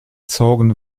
zogen